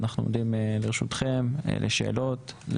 אנחנו עומדים לרשותכם לשאלות,